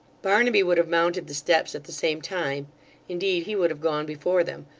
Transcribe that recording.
barnaby would have mounted the steps at the same time indeed he would have gone before them,